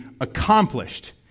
accomplished